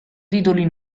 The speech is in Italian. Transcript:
titoli